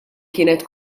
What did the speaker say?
kienet